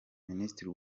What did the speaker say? minisitiri